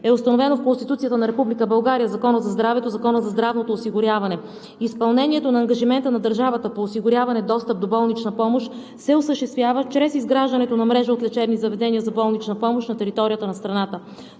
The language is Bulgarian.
е установено в Конституцията на Република България – в Закона за здравето и в Закона за здравното осигуряване. Изпълнението на ангажимента на държавата по осигуряването на достъп до болнична помощ се осъществява чрез изграждането на мрежа от лечебни заведения за болнична помощ на територията на страната.